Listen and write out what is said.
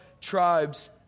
tribes